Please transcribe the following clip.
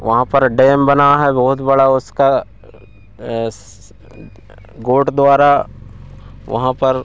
वहाँ पर डैम बना है बहुत बड़ा उसका गोड द्वारा वहाँ पर